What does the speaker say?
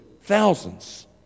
thousands